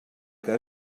que